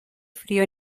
frío